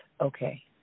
Okay